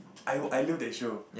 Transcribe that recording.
I I love that show